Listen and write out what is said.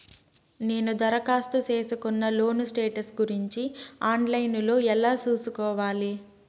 నేను దరఖాస్తు సేసుకున్న లోను స్టేటస్ గురించి ఆన్ లైను లో ఎలా సూసుకోవాలి?